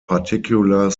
particular